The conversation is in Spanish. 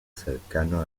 cercano